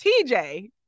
tj